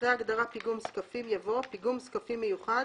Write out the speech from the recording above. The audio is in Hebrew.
אחרי ההגדרה "פיגום זקפים" יבוא: ""פיגום זקפים מיוחד"